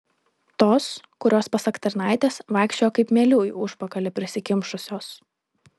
tos kurios pasak tarnaitės vaikščiojo kaip mielių į užpakalį prisikimšusios